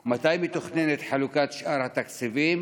2. מתי מתוכננת חלוקת שאר התקציבים